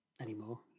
anymore